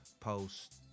post